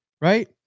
Right